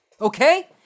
okay